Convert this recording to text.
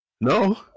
no